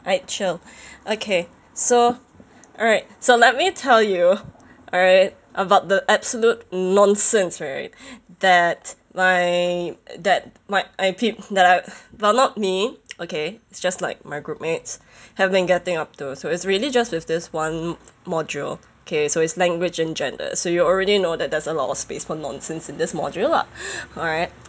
alright chill okay so alright so let me tell you alright about the absolute nonsense right that my that my I team that I well not me okay it's just like my groupmates have been getting up to so it's really just with this one module okay so it's language and gender so you already know that there's a lot of space for nonsense in this module lah alright